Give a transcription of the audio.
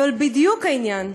אבל בדיוק העניין,